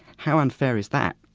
how unfair is that!